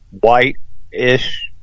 white-ish